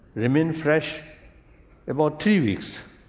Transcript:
remain fresh about three weeks.